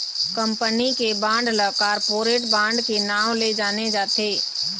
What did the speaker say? company के bond ल corporate bond के नांव ले जाने जाथे